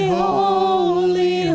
holy